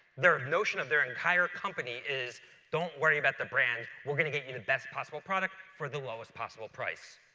their notion of their entire company is don't worry about the brand. we're going to get you the best possible product for the lowest possible price.